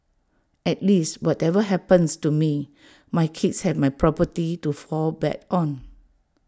at least whatever happens to me my kids have my property to fall back on